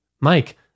Mike